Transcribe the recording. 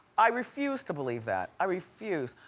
i refuse to believe that, i refuse.